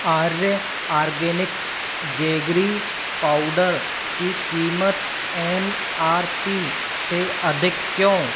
आर्य organic jaggery powder की कीमत M R P से अधिक क्यों